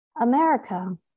America